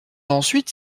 ensuite